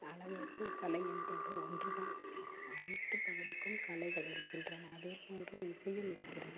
அனைவருக்கும் கலை என்பது ஒன்றுதான் அனைத்து பகுதிக்கும் கலைகள் இருக்கின்றன அதே போன்று இசையும் இருக்கிறது